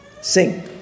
Sing